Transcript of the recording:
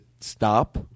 stop